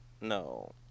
No